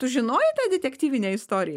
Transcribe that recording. tu žinojai tą detektyvinę istoriją